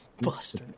buster